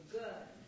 good